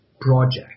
project